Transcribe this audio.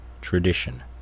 tradition